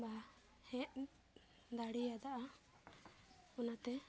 ᱵᱟ ᱦᱮᱡ ᱫᱟᱲᱮᱭᱟᱫᱟ ᱚᱱᱟᱛᱮ